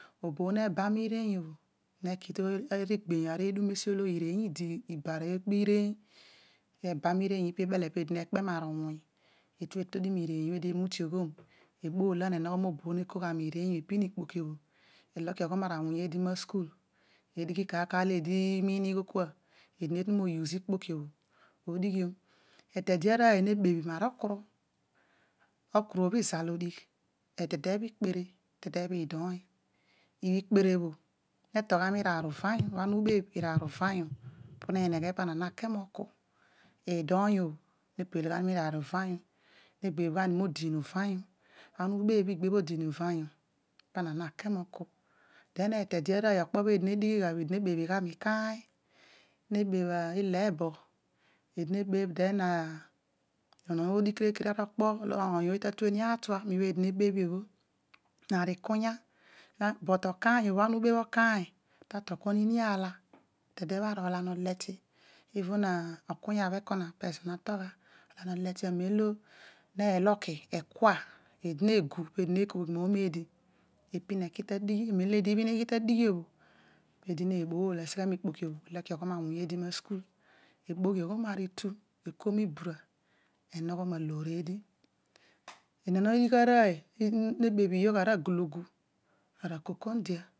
Obo bho neba miveeny obho neki arudum egbeeny esi olo ari bol ariireeny esi obo eri ekpa ari ireeny idi eedi neba ebele, peedi oru okpe awuny olo peedi oru okpe awuny olo ke rool ireeny bho, peedi nerodi emu toghom eboolan onogho mo boobho ne ko gha mi ireeny bho epin ikpoki bho elokioyo awuny eedi masuul, edighi kar kar olo eedi imiin ighol kua oodi ne tu mo use ikpoki bho odighion etede arooy na beebh ma aro oku ru, okuru obho izal odigh etede bho ekpare, etede bho idooy, ikpere netol gha miiraar uvanyu ana ubebh iraar uvanyu pineneghe pana nakimo oku, idooy ibho napel gha oku, idooy obho napel gha ni niiraar uvanyu, negbebh gha modiin uvanyu, amem eedi egbebh odiin uvanyu eedi egbebh odiin uvanyu pana nave moku, etede arooy nebeebh gha miikany kamem kamem eedi neloki ekua, eedio negu peedi nekobhogi moomeedi epin eki tadighi ibhin ighi ta dighi obho peedi nebool eseghe mikpoki elokioyom awuny eedi ta sukul eboghiom aari itu ekuom ibura enogho ma aloor eedi inom idighi arooy nebebh yogh ara agologu na kondondia.